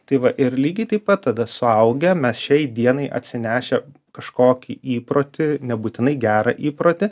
tai va ir lygiai taip pat tada suaugę mes šiai dienai atsinešę kažkokį įprotį nebūtinai gerą įprotį